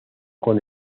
con